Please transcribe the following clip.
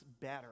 better